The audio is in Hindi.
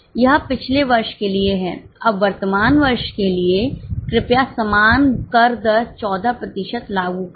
यह पिछले वर्ष के लिए है अब वर्तमान वर्ष के लिए कृपया समान कर दर 14 प्रतिशत लागू करें